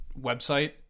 website